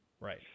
Right